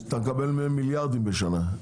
אתה מקבל מהם מיליארדים בשנה,